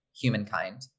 Humankind